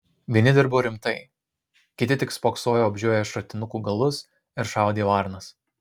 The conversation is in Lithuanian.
vieni dirbo rimtai kiti tik spoksojo apžioję šratinukų galus ir šaudė varnas